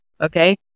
okay